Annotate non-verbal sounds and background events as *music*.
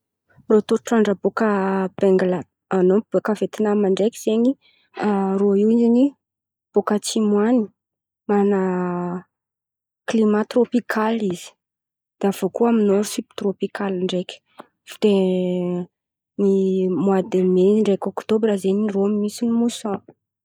Toetr'andra bôkà Bangla ah non bôkà Vietnam ndraiky zen̈y *hesitation* irô io zen̈y bôkà atsimo an̈y man̈anà klimà trôpikaly izy. Dia avy eo koà amin'ny Nord sibtrôpikaly ndraiky, dia ny moi deme ndraiky ôktôbra zen̈y irô misy moson.